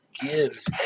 gives